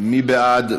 מי בעד?